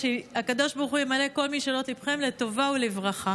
שהקדוש ברוך הוא ימלא את כל משאלות ליבכם לטובה ולברכה.